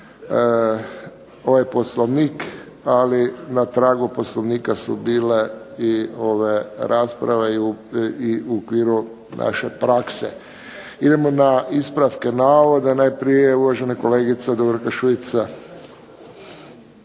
ovaj Poslovnik, ali na tragu poslovnika su bile i ove rasprave i u okviru naše prakse. Idemo na ispravke navoda najprije uvažena kolegica Dubravka Šuica.